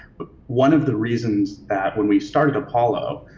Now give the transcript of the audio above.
but one of the reasons that, when we started apollo,